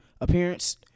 appearance